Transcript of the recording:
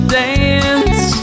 dance